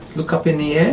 look up in the yeah